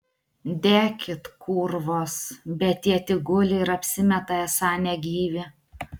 dekit kūrvos bet tie tik guli ir apsimeta esą negyvi